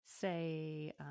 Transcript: say